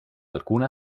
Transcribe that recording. alcuna